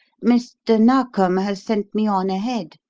mr. narkom has sent me on ahead.